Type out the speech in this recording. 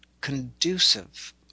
conducive